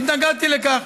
התנגדתי לכך.